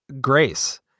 grace